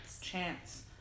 Chance